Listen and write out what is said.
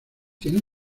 tienen